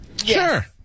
Sure